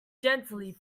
gently